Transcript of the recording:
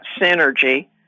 synergy